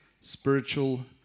spiritual